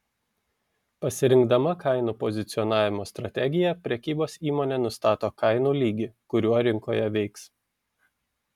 pasirinkdama kainų pozicionavimo strategiją prekybos įmonė nustato kainų lygį kuriuo rinkoje veiks